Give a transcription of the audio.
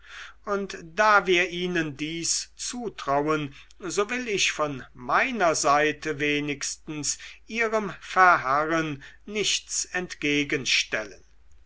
und da wir ihnen dies zutrauen so will ich von meiner seite wenigstens ihrem verharren nichts entgegenstellen